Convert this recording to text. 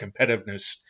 competitiveness